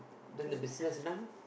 then the business now